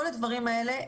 כל הדברים האלה,